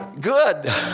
good